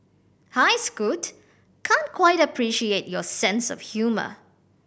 hi Scoot can't quite appreciate your sense of humour